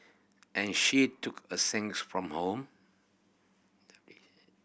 and she took a sandwich from home